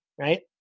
right